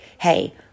hey